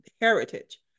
heritage